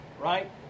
right